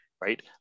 right